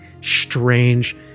strange